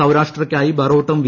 സൌരാഷ്ട്രയ്ക്കായി ബറോട്ടും വി